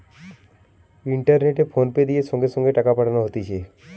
ইন্টারনেটে ফোনপে দিয়ে সঙ্গে সঙ্গে টাকা পাঠানো হতিছে